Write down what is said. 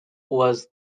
was